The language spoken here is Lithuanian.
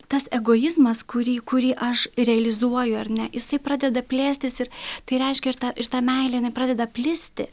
tas egoizmas kurį kurį aš realizuoju ar ne jisai pradeda plėstis ir tai reiškia ir ta ir ta meilė jinai pradeda plisti